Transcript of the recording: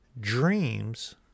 dreams